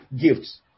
gifts